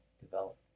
develop